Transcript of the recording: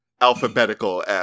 alphabetical